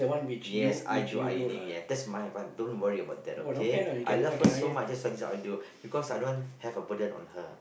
yes I do ironing ya that's my advan~ don't worry about that okay I love her so much that's why this all I do because I don't want to have a burden on her